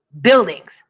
buildings